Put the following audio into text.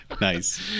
Nice